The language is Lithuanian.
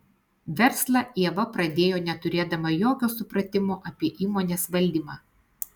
verslą ieva pradėjo neturėdama jokio supratimo apie įmonės valdymą